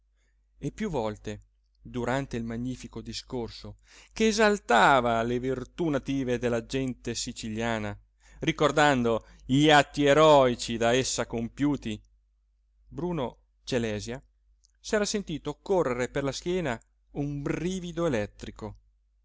e piú volte durante il magnifico discorso che esaltava le virtù native della gente siciliana ricordando gli atti eroici da essa compiuti bruno celèsia s'era sentito correre per la schiena un brivido elettrico